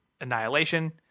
Annihilation